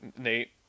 Nate